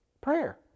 Prayer